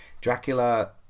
Dracula